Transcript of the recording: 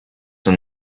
than